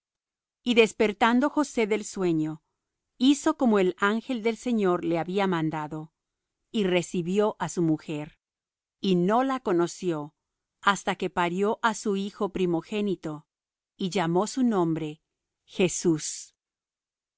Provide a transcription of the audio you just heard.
y despertando josé del sueño hizo como el ángel del señor le había mandado y recibió á su mujer y no la conoció hasta que parió á su hijo primogénito y llamó su nombre jesus